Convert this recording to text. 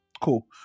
cool